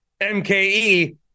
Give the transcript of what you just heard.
mke